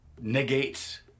negates